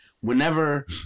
whenever